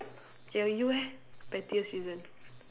ya you eh pettiest reason